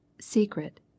secret